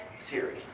Siri